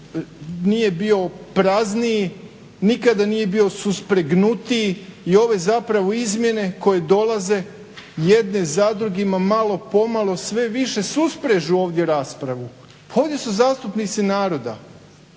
nije bio prazniji, nikada nije bio suspregnutiji i ove zapravo izmjene koje dolaze jedne za drugima malo pomalo susprežu sve više ovdje raspravu. Pa ovdje su zastupnici naroda